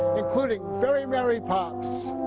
including very merry pops,